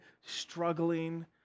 struggling